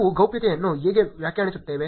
ನಾವು ಗೌಪ್ಯತೆಯನ್ನು ಹೇಗೆ ವ್ಯಾಖ್ಯಾನಿಸುತ್ತೇವೆ